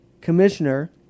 commissioner